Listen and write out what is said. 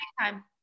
time